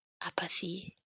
apathy